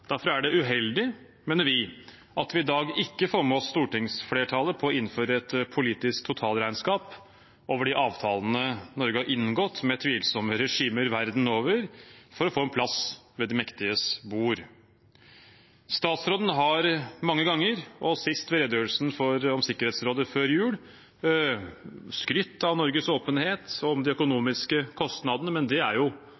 Derfor er det uheldig, mener vi, at vi i dag ikke får med oss stortingsflertallet på å innføre et politisk totalregnskap over de avtalene Norge har inngått med tvilsomme regimer verden over, for å få en plass ved de mektiges bord. Ministeren har mange ganger, og sist ved redegjørelsen om Sikkerhetsrådet før jul, skrytt av Norges åpenhet og om de